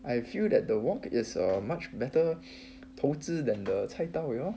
I feel that the wok is a much better 投资 than the 菜刀 you know